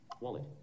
Wallet